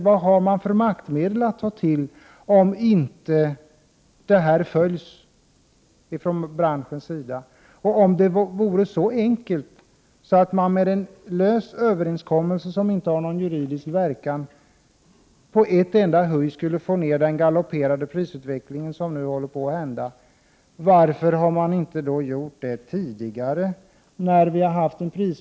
Vad har man för maktmedel att ta till om inte överenskommelsen följs från branschens sida? Om det vore så enkelt att med en lös överenskommelse som inte har någon juridisk verkan i ett enda huj få ner den galopperande prisutvecklingen, varför har man inte gjort det tidigare?